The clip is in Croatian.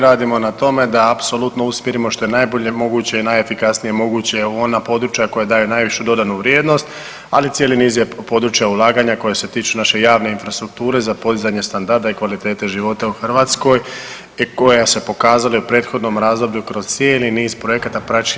Radimo na tome da apsolutno usmjerimo što je najbolje moguće i najefikasnije moguće ona područja koja daju najvišu dodanu vrijednost ali cijeli niz je područja ulaganja koja se tiču naše javne infrastrukture za podizanje standarda i kvalitete života u Hrvatskoj i koja se pokazali u prethodnom razdoblju kroz cijeli niz projekata praćeni.